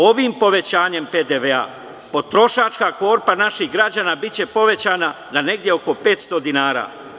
Ovim povećanjem PDV potrošačka korpa naših građana biće povećana za negde oko 500 dinara.